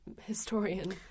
historian